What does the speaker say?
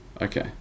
Okay